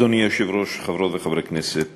אדוני היושב-ראש, חברות וחברי כנסת נכבדים,